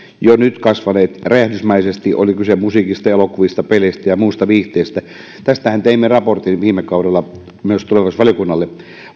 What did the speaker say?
jo nyt kasvaneet räjähdysmäisesti oli kyse musiikista elokuvista peleistä tai muusta viihteestä tästähän teimme raportin viime kaudella myös tulevaisuusvaliokunnalle